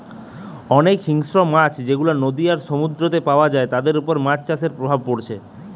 অনেক হিংস্র মাছ যেগুলা নদী আর সমুদ্রেতে পায়া যায় তাদের উপর মাছ চাষের প্রভাব পড়ছে